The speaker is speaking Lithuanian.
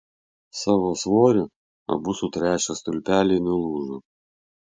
savo svoriu abu sutręšę stulpeliai nulūžo